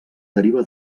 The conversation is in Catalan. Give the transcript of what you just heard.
deriva